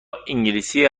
انگلیسی